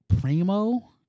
Primo